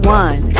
one